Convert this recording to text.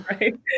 right